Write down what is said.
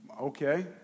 okay